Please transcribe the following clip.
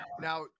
now